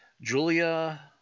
Julia